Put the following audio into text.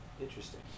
Interesting